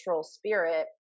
spirit